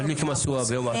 נדליק משואה ביום העצמאות.